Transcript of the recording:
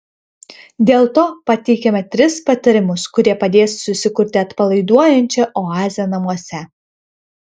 dėl to pateikiame tris patarimus kurie padės susikurti atpalaiduojančią oazę namuose